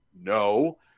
no